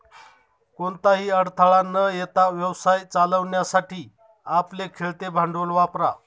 कोणताही अडथळा न येता व्यवसाय चालवण्यासाठी आपले खेळते भांडवल वापरा